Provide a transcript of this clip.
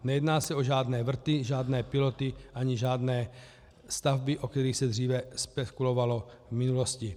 Nejedná se o žádné vrty, žádné piloty ani žádné stavby, o kterých se dříve spekulovalo v minulosti.